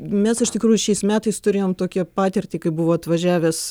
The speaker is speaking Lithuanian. mes iš tikrųjų šiais metais turėjom tokią patirtį kai buvo atvažiavęs